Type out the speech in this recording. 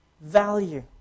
value